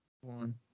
One